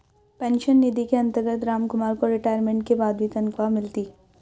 pension निधि के अंतर्गत रामकुमार को रिटायरमेंट के बाद भी तनख्वाह मिलती